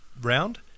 round